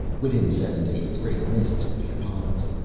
within seven days the great mists will be upon us.